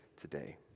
today